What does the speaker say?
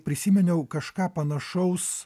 prisiminiau kažką panašaus